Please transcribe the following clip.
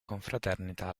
confraternita